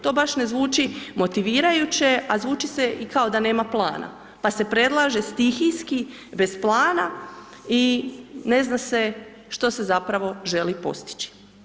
To baš ne zvuči motivirajuće a zvuči se i kao da nema plana pa se predlaže stihijski bez plana i ne zna se što se zapravo želi postići.